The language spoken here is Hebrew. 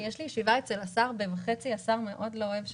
יש לי ישיבה אצל השר והשר מאוד לא אוהב שמאחרים.